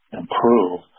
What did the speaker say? improve